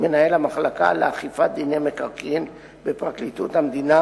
מנהל המחלקה לאכיפת דיני מקרקעין בפרקליטות המדינה,